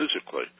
physically